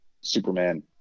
Superman